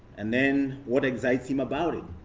and then what excites him about it?